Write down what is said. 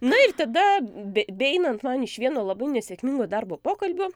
na ir tada be beeinant man iš vieno labiau nesėkmingo darbo pokalbio